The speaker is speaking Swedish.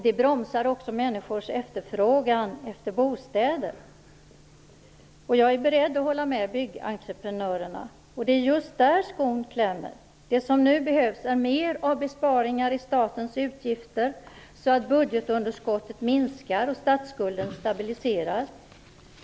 Det bromsar också människors efterfrågan på bostäder. Jag är beredd att hålla med Byggentreprenörerna. Det är just där skon klämmer. Det som nu behövs är mer av besparingar i statens utgifter så att budgetunderskottet minskar och statsskulden stabiliseras.